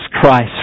Christ